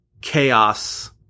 chaos